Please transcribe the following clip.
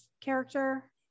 character